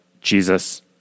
Jesus